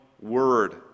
word